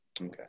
Okay